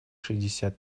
шестьдесят